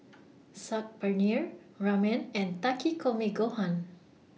Saag Paneer Ramen and Takikomi Gohan